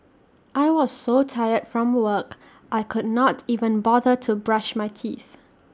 I was so tired from work I could not even bother to brush my teeth